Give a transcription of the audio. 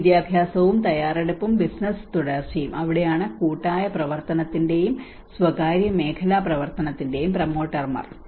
പൊതുവിദ്യാഭ്യാസവും തയ്യാറെടുപ്പും ബിസിനസ് തുടർച്ചയും അവിടെയാണ് കൂട്ടായ പ്രവർത്തനത്തിന്റെയും സ്വകാര്യമേഖലാ പ്രവർത്തനത്തിന്റെയും പ്രമോട്ടർമാർ